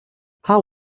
how